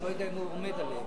אני לא יודע אם הוא עומד עליהן.